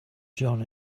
john